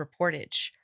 reportage